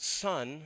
son